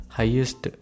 highest